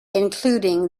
including